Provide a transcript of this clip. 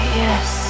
yes